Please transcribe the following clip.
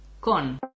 Con